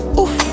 Oof